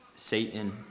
satan